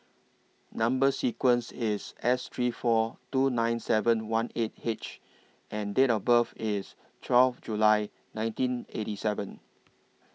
Number sequence IS S three four two nine seven one eight H and Date of birth IS twelve July nineteen eighty seven